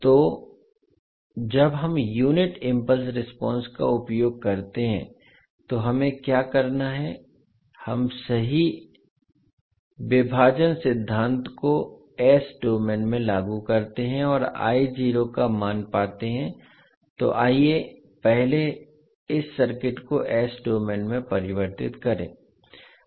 तो जब हम यूनिट इम्पल्स रेस्पोंस का उपयोग करते हैं तो हमें क्या करना है हम सही विभाजन सिद्धांत को s डोमेन में लागू करते हैं और का मान पाते हैं तो आइए पहले इस सर्किट को s डोमेन में परिवर्तित करें